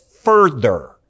further